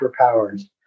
superpowers